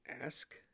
ask